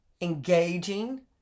engaging